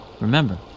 Remember